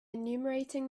enumerating